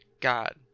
God